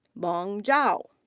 lang zhao.